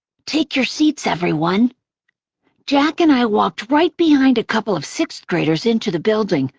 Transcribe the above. take your seats, everyone jack and i walked right behind a couple of sixth graders into the building,